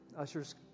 usher's